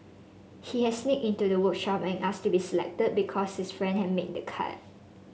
he had sneaked into the workshop and asked to be selected because his friend had made the cut